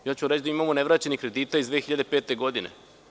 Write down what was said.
Reći ću da imamo nevraćenih kredita iz 2005. godine.